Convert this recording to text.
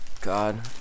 god